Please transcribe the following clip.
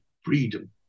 freedom